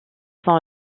sont